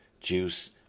juice